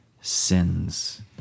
sins